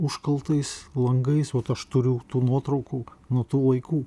užkaltais langais vat aš turiu tų nuotraukų nuo tų laikų